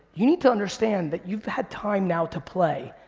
you need to understand that you've had time now to play,